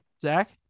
Zach